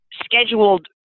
scheduled